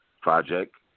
project